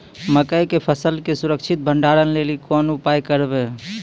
मकई के फसल के सुरक्षित भंडारण लेली कोंन उपाय करबै?